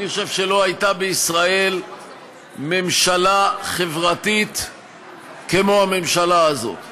אני חושב שלא הייתה בישראל ממשלה חברתית כמו הממשלה הזאת.